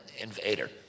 invader